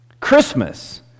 Christmas